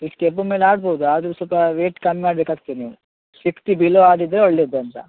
sixty above ಮೇಲೆ ಆಡ್ಬೋದು ಆದರೂ ಸ್ವಲ್ಪ ವೆಯ್ಟ್ ಕಮ್ಮಿ ಮಾಡ್ಬೇಕಾಗ್ತದೆ ನೀವು ಸಿಕ್ಸ್ಟಿ ಬಿಲೊ ಆಡಿದರೆ ಒಳ್ಳೆಯದು ಅಂತ